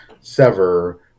sever